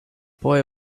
boy